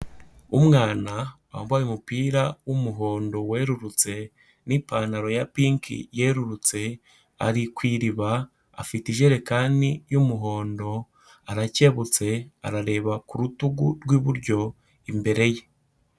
Umwana wambaye umupira w'umuhondo werurutse, n'ipantaro ya pinki yerurutse, ari ku iriba, afite ijerekani y'umuhondo arakebutse arareba ku rutugu rw'iburyo imbere ye.